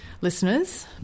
listeners